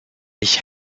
ich